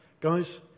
Guys